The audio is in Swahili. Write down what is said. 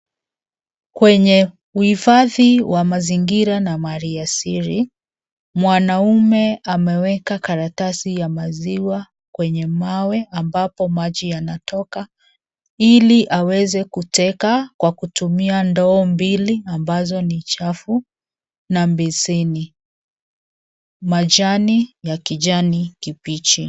Kwenye uhifadhi wa mazingira na mali asili, mwanaume ameweka karatasi ya maziwa kwenye mawe ambapo maji yanatoka ili aweze kuteka kwa kutumia ndoo mbili ambazo ni chafu na baseni, majani ya kijani kibichi.